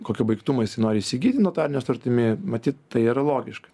kokio baigtumo jisai nori įsigyti notarine sutartimi matyt tai yra logiška